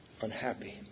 unhappy